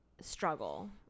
struggle